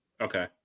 Okay